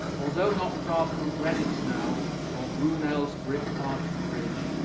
though not far from greenwich now of brunel's brick-arched bridge,